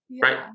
Right